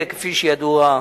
כפי שידוע,